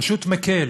פשוט מקל